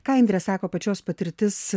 ką indre sako pačios patirtis